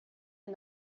and